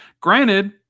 Granted